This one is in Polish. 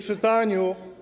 czytaniu.